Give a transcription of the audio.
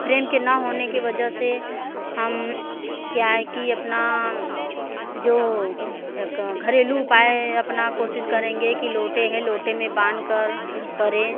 frame के ना होने की वजह से हम क्या है कि अपना जो एक घरेलू उपाय अपनी कोशीश करेंगे कि लोटे है लोटे में बांध कर कर करें